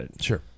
Sure